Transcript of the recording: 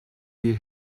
bir